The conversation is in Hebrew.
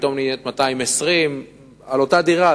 פתאום מבקשים עליה 220. זה על אותה דירה,